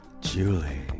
Julie